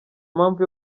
mpamvu